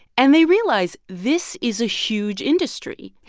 and they realize this is a huge industry.